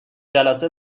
جلسه